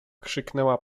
krzyknęła